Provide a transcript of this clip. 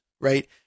right